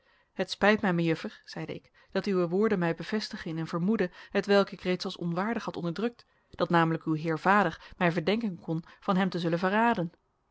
het spijt mij mejuffer zeide ik dat uwe woorden mij bevestigen in een vermoeden hetwelk ik reeds als onwaardig had onderdrukt dat namelijk uw heer vader mij verdenken kon van hem te zullen verraden